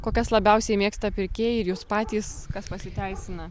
kokias labiausiai mėgsta pirkėjai ir jūs patys kas pasiteisina